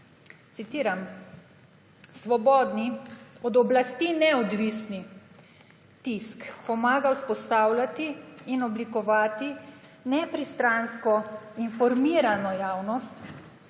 citiram: »Svobodni, od oblasti neodvisni tisk pomaga vzpostavljati in oblikovati nepristransko informirano javnost,